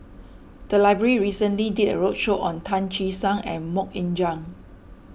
the library recently did a roadshow on Tan Che Sang and Mok Ying Jang